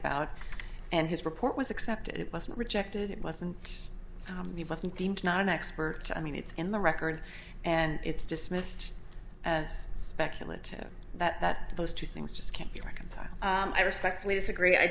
about and his report was accepted it wasn't rejected it wasn't he wasn't deemed not an expert i mean it's in the record and it's just missed as speculative that those two things just can't be reconciled i respectfully disagree i